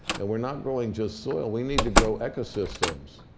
and we're not growing just soil. we need to grow ecosystems.